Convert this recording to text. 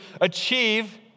achieve